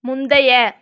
முந்தைய